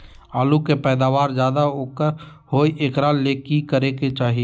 आलु के पैदावार ज्यादा होय एकरा ले की करे के चाही?